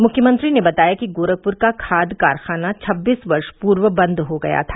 मुख्यमंत्री ने बताया कि गोरखपुर का खाद कारखाना छब्बीस वर्ष पूर्व बंद हो गया था